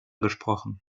gesprochen